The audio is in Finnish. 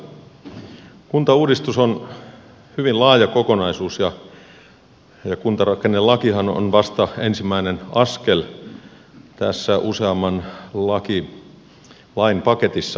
kuntauudistus on hyvin laaja kokonaisuus ja kuntarakennelakihan on vasta ensimmäinen askel tässä useamman lain paketissa